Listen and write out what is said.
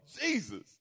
Jesus